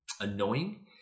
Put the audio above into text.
annoying